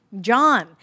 John